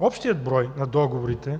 Общият брой на договорите,